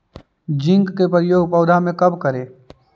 Zinc के प्रयोग पौधा मे कब करे?